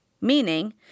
meaning